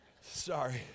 Sorry